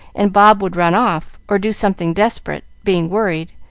and bob would run off, or do something desperate, being worried,